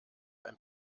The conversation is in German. ein